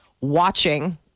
watching